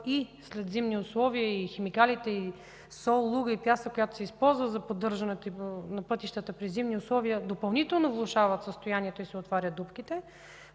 и след зимни условия и химикалите, и сол, луга и пясък, които се използват за поддържането на пътищата при зимни условия, допълнително влошават състоянието и се отварят дупките,